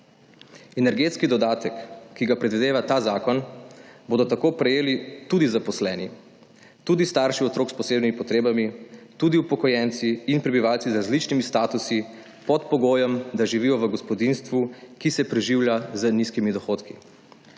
Energetski dodatek, ki ga predvideva ta zakon bodo tako prejeli tudi zaposleni, tudi starši otrok s posebnimi potrebami, tudi upokojenci in prebivalci z različnimi statusi pod pogojem, da živijo v gospodinjstvu, ki se preživlja z nizkimi dohodki.